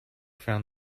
found